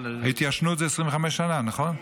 התיישנות זה 25 שנה, נכון?